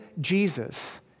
Jesus